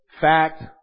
fact